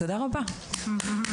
תודה רבה לך.